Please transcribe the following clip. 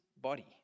body